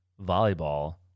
volleyball